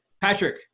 Patrick